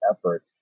effort